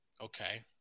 Okay